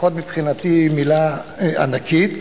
לפחות מבחינתי, מלה ענקית.